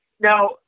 Now